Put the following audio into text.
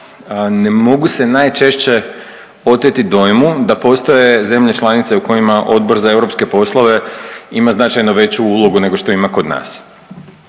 Ne mogu se najčešće oteti dojmu da postoje zemlje članice u kojima Odbor za europske poslove ima značajno veću ulogu nego što ima kod nas.